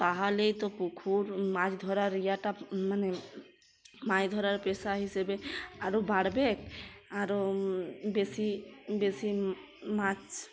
তাহলেই তো পুকুর মাছ ধরার ইয়াটা মানে মাছ ধরার পেশা হিসেবে আরও বাড়বে আরও বেশি বেশি মাছ